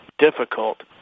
difficult